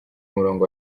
murongo